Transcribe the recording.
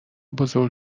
بزرگ